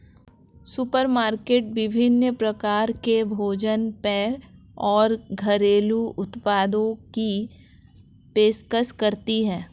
supermarket विभिन्न प्रकार के भोजन पेय और घरेलू उत्पादों की पेशकश करती है